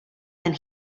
than